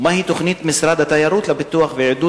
ומהי תוכנית משרד התיירות לפיתוח ועידוד